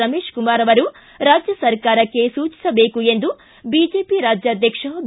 ರಮೇಶ ಕುಮಾರ ಅವರು ರಾಜ್ಯ ಸರ್ಕಾರಕ್ಕೆ ಸೂಚಿಸಬೇಕು ಎಂದು ಬಿಜೆಪಿ ರಾಜ್ಯಾಧ್ಯಕ್ಷ ಬಿ